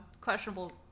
questionable